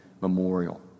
Memorial